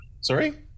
Sorry